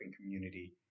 community